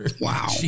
Wow